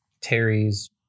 Terry's